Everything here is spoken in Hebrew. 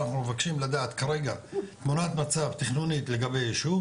אנחנו מבקשים לדעת כרגע תמונת מצב תכנונית לגבי יישוב